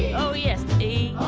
oh yes the e!